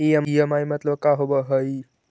EMI मतलब का होब हइ?